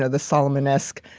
ah the solomon-esque,